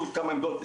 יהיו עוד כמה עמדות,